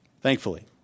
Thankfully